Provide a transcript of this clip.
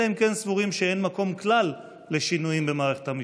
אלא אם כן סבורים שאין מקום כלל לשינויים במערכת המשפט.